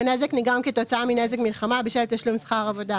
אני סומכת גם על אמיר, שאם תהיה בעיה,